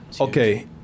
Okay